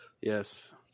Yes